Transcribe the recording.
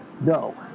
no